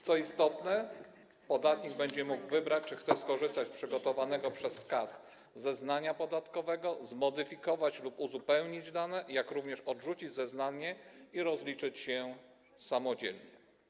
Co istotne, podatnik będzie mógł wybrać, czy chce skorzystać z przygotowanego przez KAS zeznania podatkowego, zmodyfikować lub uzupełnić dane, czy też odrzucić zeznanie i rozliczyć się samodzielnie.